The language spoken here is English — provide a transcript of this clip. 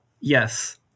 Yes